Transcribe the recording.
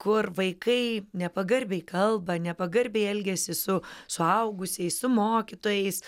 kur vaikai nepagarbiai kalba nepagarbiai elgiasi su suaugusiais su mokytojais